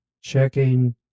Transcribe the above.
checking